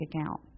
account